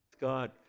God